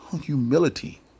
humility